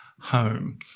home